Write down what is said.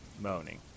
moaning